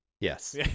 Yes